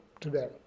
today